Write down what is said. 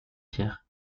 pierre